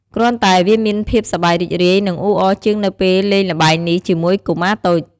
គ្រាន់តែ វាមានភាពសប្បាយរីករាយ និង អ៊ូអរជាងនៅពេលលេងល្បែងនេះជាមួយកុមារតូច។